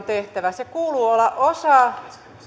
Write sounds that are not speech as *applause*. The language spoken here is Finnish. *unintelligible* tehtävä sen kuuluu olla osa